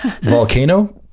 volcano